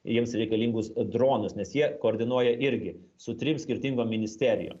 jiems reikalingus dronus nes jie koordinuoja irgi su trim skirtingom ministerijom